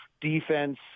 defense